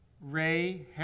Ray